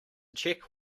check